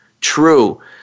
true